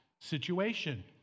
situation